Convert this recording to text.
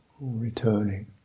returning